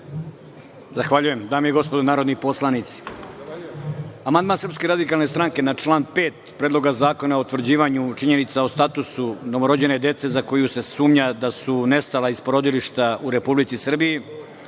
Zahvaljujem. Dame i gospodo narodni poslanici, amandman SRS na član 5. Predloga zakona o utvrđivanju činjenica o statusu novorođene dece za koju se sumnja da su nestala iz porodilišta u Republici Srbiji,